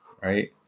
right